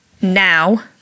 now